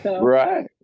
Right